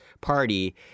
party